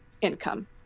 income